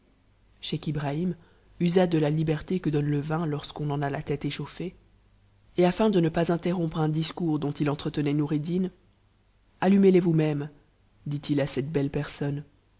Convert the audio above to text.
scheich ibrahim usa de la liberté que donne le vin lorsqu'on en a la t échauflëe et afin de ne pas interrompre un discours dont il entreteu noureddin allumez les vous-même dit-il à cette belle personne